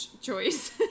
choice